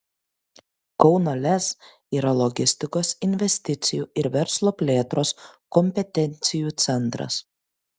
kauno lez yra logistikos investicijų ir verslo plėtros kompetencijų centras